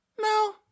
No